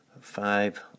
Five